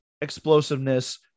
explosiveness